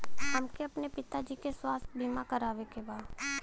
हमके अपने पिता जी के स्वास्थ्य बीमा करवावे के बा?